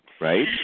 Right